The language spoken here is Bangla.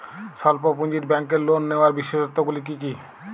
স্বল্প পুঁজির ব্যাংকের লোন নেওয়ার বিশেষত্বগুলি কী কী?